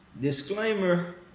Disclaimer